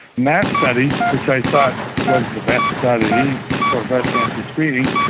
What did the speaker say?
in that study, which i thought was the best study for breast cancer screening,